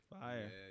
Fire